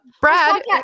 Brad